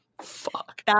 Fuck